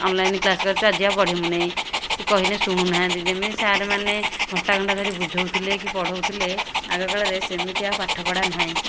online class କରିଛୁ ଆଜି ଆଉ ପଢ଼ିମୁନାଇଁ କି କହିନେ ଶୁଣୁ ନାହାଁନ୍ତି ଯେମିତି ସାର୍ମାନେ ଘଣ୍ଟା ଘଣ୍ଟା ଧରି ବୁଝାଉଥିଲେ କି ପଢ଼ଉଥିଲେ ଆଗକାଳରେ ସେମିତି ଆଉ ପାଠପଢ଼ା ନାହିଁ